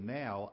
now